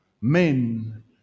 men